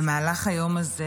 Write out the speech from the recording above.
למרבה הצער, במהלך היום הזה